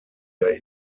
der